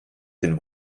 den